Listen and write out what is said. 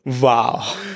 Wow